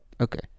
Okay